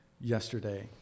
yesterday